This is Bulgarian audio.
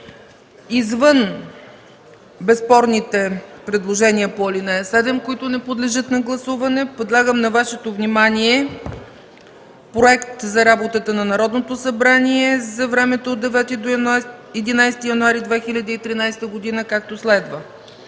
Извън безспорните предложения по ал. 7, които не подлежат на гласуване, предлагам на Вашето внимание проект на ПРОГРАМА за работата на Народното събрание за времето от 9 до 11 януари 2013 г. 4. Второ четене